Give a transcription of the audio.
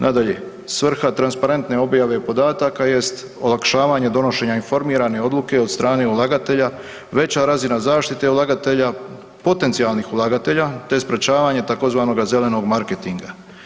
Nadalje, svrha transparentne objave podataka jest olakšavanje donošenja informirane odluke od strane ulagatelja, veća razina zaštite ulagatelja, potencijalnih ulagatelja te sprečavanje tzv. zelenog marketinga.